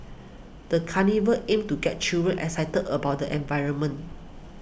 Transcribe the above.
the carnival aimed to get children excited about the environment